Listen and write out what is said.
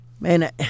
Man